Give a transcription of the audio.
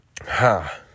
Ha